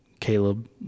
Caleb